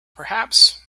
perhaps